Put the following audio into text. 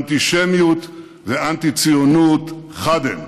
אנטישמיות ואנטי-ציונות חד הן.